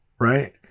right